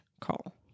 call